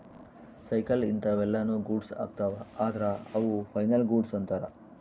cycle ಇಂತವೆಲ್ಲ ನು goods ಅಗ್ತವ ಅದ್ರ ಅವು ಫೈನಲ್ ಗೂಡ್ಸ್ ಅಂತರ್